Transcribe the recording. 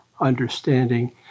understanding